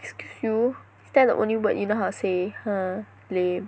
excuse you is that the only word you know how to say !huh! lame